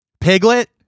Piglet